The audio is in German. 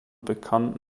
bekannte